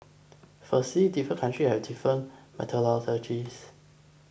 firstly different country have different methodologies